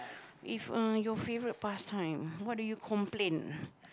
if uh your favourite pastime what do you complain